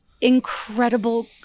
incredible